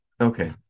okay